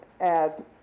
add